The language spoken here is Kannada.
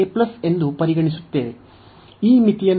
ಈ ಮಿತಿಯನ್ನು ಆಧರಿಸಿ ಇಲ್ಲಿ ಈ k ≠ 0